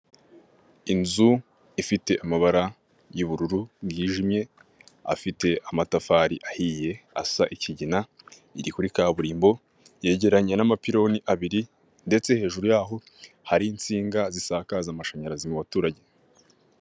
Uyu ni umuhanda wo mu bwoko bwa kaburimbo ugizwe n'amabara y'umukara nu'uturongo tw'umweru, kuruhande hari ibiti birebire by'icyatsi bitoshye, bitanga umuyaga n'amahumbezi ku banyura aho ngaho bose.